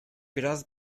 biraz